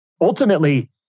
Ultimately